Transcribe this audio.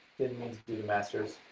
didn't mean to do the master's,